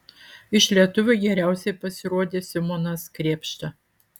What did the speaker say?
iš lietuvių geriausiai pasirodė simonas krėpšta